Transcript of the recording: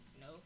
No